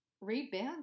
rebound